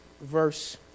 verse